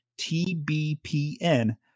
TBPN